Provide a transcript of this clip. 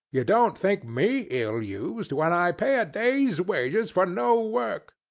you don't think me ill-used, when i pay a day's wages for no work.